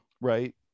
right